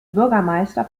bürgermeister